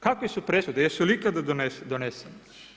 Kakve su presude, jesu li ikada donesene?